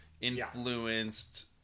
influenced